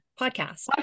podcast